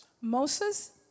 Moses